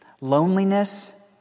loneliness